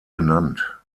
benannt